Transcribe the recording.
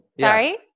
Sorry